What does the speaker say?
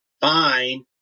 fine